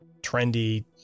trendy